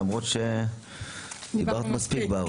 למרות שכבר דיברת מספיק.